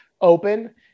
open